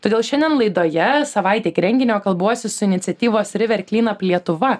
todėl šiandien laidoje savaitę iki renginio kalbuosi su iniciatyvos river cleanup lietuva